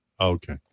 Okay